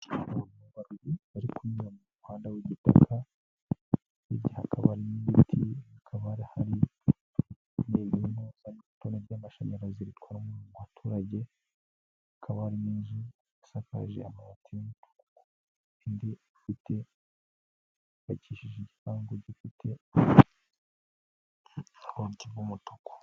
Abantu babiri bari kunyura mu muhanda w'igitaka, hakaba harimo ibiti, hakaba harimo itara ry'amashanyarazi ritwara umuriro mu baturage, akaba ari n'inzu isakaje amabati, indi yubakishije igipangu gifite urugi rw'umutuku.